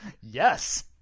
Yes